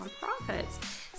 nonprofits